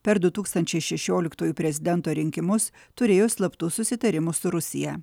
per du tūkstančiai šešioliktųjų prezidento rinkimus turėjo slaptų susitarimų su rusija